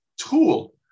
tool